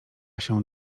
się